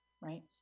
right